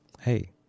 hey